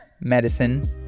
Medicine